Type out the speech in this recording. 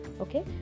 okay